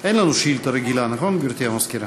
אין לנו שאילתה רגילה, גברתי המזכירה,